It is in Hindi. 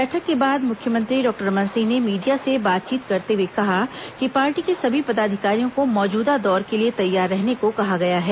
बैठक के बाद मुख्यमंत्री डॉक्टर रमन सिंह ने मीडिया से बातचीत करते हुए कहा कि पार्टी के सभी पदाधिकारियों को मौजूदा दौर के लिए तैयार रहने को कहा गया है